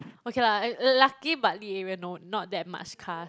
okay lah lu~ lucky Bartley area no not that much cars